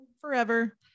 Forever